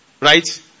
right